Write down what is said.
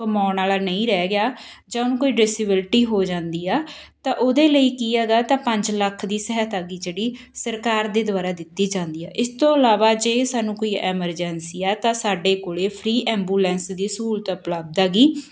ਕਮਾਉਣ ਵਾਲਾ ਨਹੀਂ ਰਹਿ ਗਿਆ ਜਾਂ ਉਹਨੂੰ ਕੋਈ ਡਿਸਬਿਲਿਟੀ ਹੋ ਜਾਂਦੀ ਆ ਤਾਂ ਉਹਦੇ ਲਈ ਕੀ ਹੈਗਾ ਤਾਂ ਪੰਜ ਲੱਖ ਦੀ ਸਹਾਇਤਾ ਗੀ ਜਿਹੜੀ ਸਰਕਾਰ ਦੇ ਦੁਆਰਾ ਦਿੱਤੀ ਜਾਂਦੀ ਹੈ ਇਸ ਤੋਂ ਇਲਾਵਾ ਜੇ ਸਾਨੂੰ ਕੋਈ ਐਮਰਜੈਂਸੀ ਆ ਤਾਂ ਸਾਡੇ ਕੋਲ ਫਰੀ ਐਂਬੂਲੈਂਸ ਦੀ ਸਹੂਲਤ ਉਪਲੱਬਧ ਹੈਗੀ